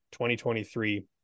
2023